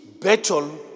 battle